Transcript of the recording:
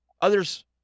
others –